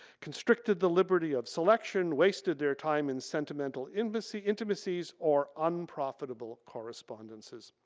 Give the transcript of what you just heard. constricted the liberty of selection, wasted their time in sentimental intimacies intimacies or unprofitable correspondences.